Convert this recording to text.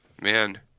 Man